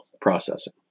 processing